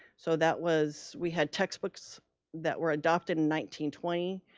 so that was we had textbooks that were adopted in nineteen twenty,